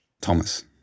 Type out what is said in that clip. thomas